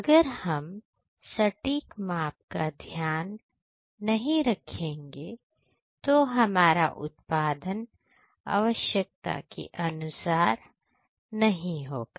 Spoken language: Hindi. अगर हम सटीक माप का ध्यान नहीं रखेंगे तो हमारा उत्पादन आवश्यकता के अनुसार नहीं होगा